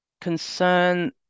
concern